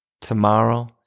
tomorrow